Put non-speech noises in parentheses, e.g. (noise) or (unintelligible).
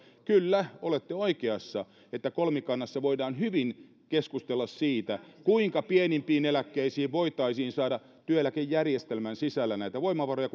kyllä olette oikeassa että kolmikannassa voidaan hyvin keskustella siitä kuinka pienimpiin eläkkeisiin voitaisiin saada työeläkejärjestelmän sisällä näitä voimavaroja (unintelligible)